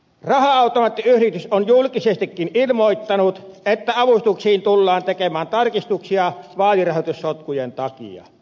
raha automaattiyhdistys on julkisestikin ilmoittanut että avustuksiin tullaan tekemään tarkistuksia vaalirahoitussotkujen takia